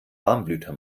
warmblüter